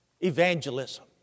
evangelism